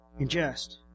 ingest